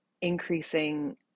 increasing